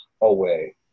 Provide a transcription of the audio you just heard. away